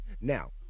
Now